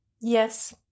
Yes